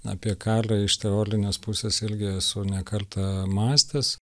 apie karą iš teorinės pusės irgi esu ne kartą mąstęs